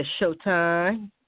Showtime